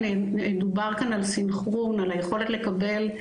דובר כאן על סנכרון ועל היכולת לקבל.